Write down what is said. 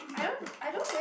I don't I don't real